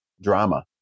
drama